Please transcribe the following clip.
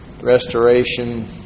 restoration